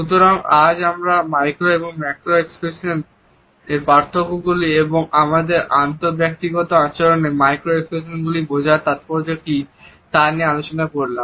সুতরাং আজ আমরা মাইক্রো এবং ম্যাক্রো ফেসিয়াল এক্সপ্রেশনের পার্থক্যগুলি এবং আমাদের আন্তঃব্যক্তিগত আচরণে মাইক্রো এক্সপ্রেশনগুলিকে বোঝার তাৎপর্য কি তা নিয়ে আলোচনা করলাম